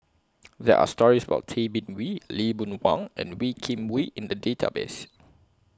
There Are stories about Tay Bin Wee Lee Boon Wang and Wee Kim Wee in The Database